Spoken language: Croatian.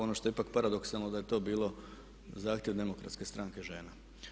Ono što je ipak paradoksalno da je to bio zahtjev demokratske stranke žena.